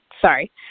Sorry